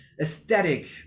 aesthetic